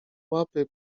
łapy